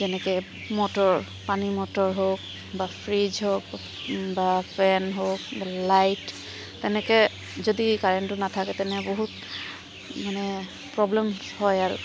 যেনেকৈ মটৰ পানী মটৰ হওক বা ফ্ৰীজ হওক বা ফেন হওক বা লাইট এনেকৈ যদি কাৰেণ্টটো নাথাকে তেনে বহুত মানে প্ৰব্লেম হয় আৰু